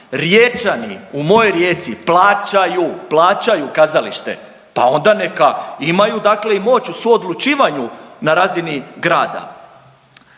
Riječani u mojoj Rijeci plaćaju, plaćaju kazalište pa onda neka imaju dakle i moć u suodlučivanju na razini grada.